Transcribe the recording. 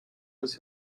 was